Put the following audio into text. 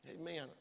Amen